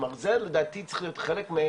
כלומר זה לדעתי צריך להיות המסר.